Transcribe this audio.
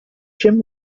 jim